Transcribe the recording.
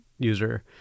User